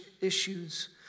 issues